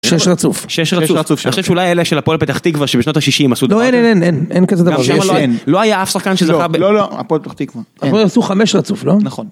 שיש רצוף, שיש רצוף, שיש רצוף, אני חושב שאולי אלה של הפועלת פתח תקווה שבשנות ה-60 עשו דבר, לא, אין, אין, אין, אין כזה דבר, לא היה אף שחקן שזכה, לא, לא, הפועל פתח תקווה, הפועל עשו חמש רצוף, לא? נכון.